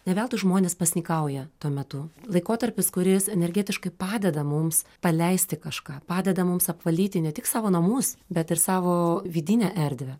ne veltui žmonės pasninkauja tuo metu laikotarpis kuris energetiškai padeda mums paleisti kažką padeda mums apvalyti ne tik savo namus bet ir savo vidinę erdvę